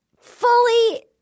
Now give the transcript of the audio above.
fully